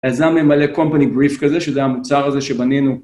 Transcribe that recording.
אז זה היה ממלא company brief כזה, שזה המוצר הזה שבנינו.